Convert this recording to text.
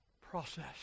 process